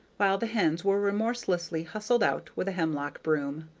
while the hens were remorselessly hustled out with a hemlock broom.